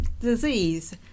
disease